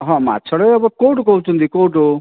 ହଁ ମାଛରେ ତ କେଉଁଠୁ କହୁଛନ୍ତି କେଉଁଠୁ